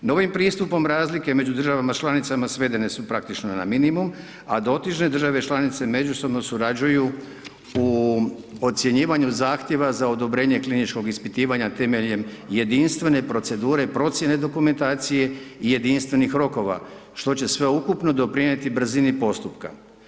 Novim pristupom razlike među državama članicama svedene su praktično na minimum a dotične države članice međusobno surađuju u ocjenjivanju zahtjeva za odobrenje kliničkog ispitivanja temeljem jedinstvene procedure procjene dokumentacije i jedinstvenih rokova što će sveukupno doprinijeti brzini postupka.